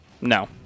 No